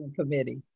Committee